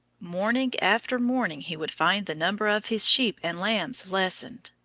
morning after morning he would find the number of his sheep and lambs lessened.